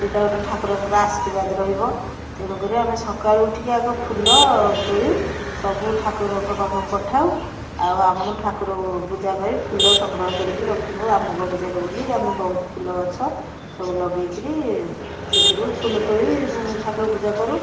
ସେଇଟା ଗୋଟେ ଠାକୁରଙ୍କର ଆଶୀର୍ବାଦ ରହିବ ତେଣୁକରି ଆମେ ସକାଳୁ ଉଠିକି ଆଗ ଫୁଲ ତୋଳି ସବୁ ଠାକୁରଙ୍କ ପାଖକୁ ପଠାଉ ଆଉ ଆମ ଠାକୁର ପୂଜା ପାଇଁ ଫୁଲ ସଂଗ୍ରହ କରିକି ରଖିବୁ ଆମ ବଗିଚାରୁ ବୋଲି ଆମେ ବହୁତ ଫୁଲ ଗଛ ସବୁ ଲଗେଇକିରି ସେଥିରୁ ଫୁଲ ତୋଳି ଠାକୁର ପୂଜା କରୁ